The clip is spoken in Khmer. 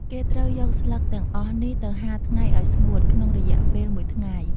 គេត្រូវយកស្លឹកទាំងអស់នេះទៅហាលថ្ងៃឱ្យស្ងួត ក្នុងរយៈពេលមួយថ្ងៃ។